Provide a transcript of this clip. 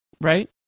right